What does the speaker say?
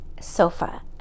sofa